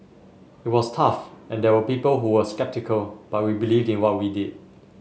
it was tough and there were people who were sceptical but we believed in what we did